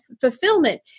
fulfillment